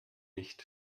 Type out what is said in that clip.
nicht